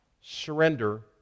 surrender